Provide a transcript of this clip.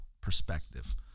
perspective